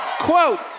Quote